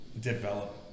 develop